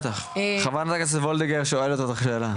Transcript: חברת הכנסת וולדיגר שואלת אותך שאלה.